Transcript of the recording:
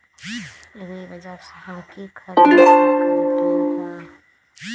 एग्रीबाजार से हम की की खरीद सकलियै ह?